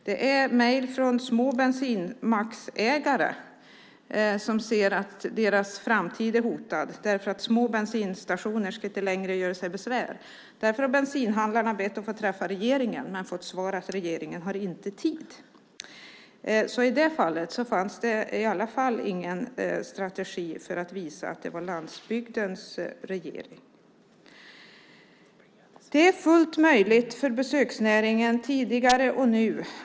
Jag får mejl från ägare till små bensinmackar som ser att deras framtid är hotad eftersom små bensinstationer inte längre ska göra sig besvär. Därför har bensinhandlarna bett att få träffa regeringen men fått svaret att regeringen inte har tid. I det fallet finns det i alla fall ingen strategi som visar att det är en landsbygdens regering. Det är fullt möjligt för besöksnäringen att anställa människor säsongvis.